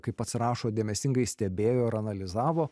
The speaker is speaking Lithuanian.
kaip pats rašo dėmesingai stebėjo ir analizavo